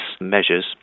measures